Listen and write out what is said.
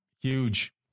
huge